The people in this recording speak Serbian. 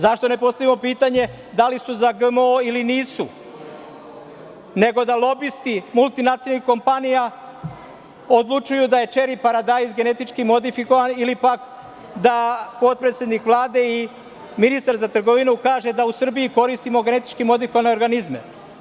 Zašto ne postavimo pitanje da li su za GMO ili nisu, nego da lobisti multinacionalnih kompanija odlučuju da je čeri paradajz genetički modifikovan ili pak da potpredsednik Vlade i ministar za trgovinu kaže da u Srbiji koristimo GMO.